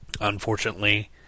Unfortunately